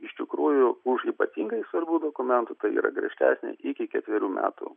iš tikrųjų už ypatingai svarbių dokumentų tai yra griežtesnė iki ketverių metų